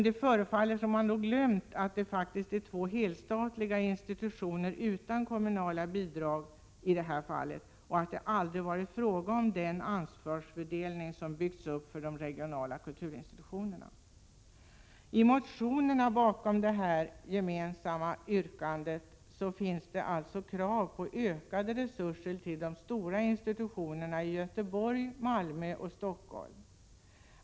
Det förefaller som om man då glömt att det här är två helstatliga institutioner, utan kommunala bidrag, och att det aldrig varit fråga om den ansvarsfördelning som byggts upp för de regionala kulturinstitutionerna. I motionerna bakom detta gemensamma yrkande framförs krav på ökade resurser till de stora institutionerna i Göteborg, Malmö och Stockholm.